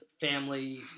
family